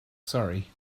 sorry